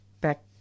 back